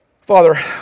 Father